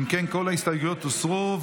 אם כן, כל ההסתייגויות הוסרו.